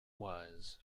was